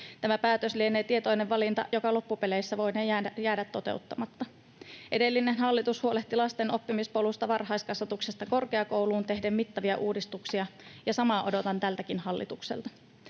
Tämä päätös lienee tietoinen valinta, joka loppupeleissä voinee jäädä toteuttamatta. Edellinen hallitus huolehti lasten oppimispolusta varhaiskasvatuksesta korkeakouluun tehden mittavia uudistuksia, ja samaa odotan tältäkin hallitukselta.